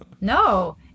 no